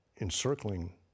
encircling